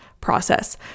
process